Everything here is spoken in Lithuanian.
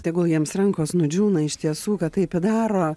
tegul jiems rankos nudžiūna iš tiesų kad taip padaro